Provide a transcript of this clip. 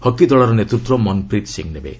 hockey ଦଳର ନେତୃତ୍ୱ ମନପ୍ରିତ୍ ସିଂହ ନେବେ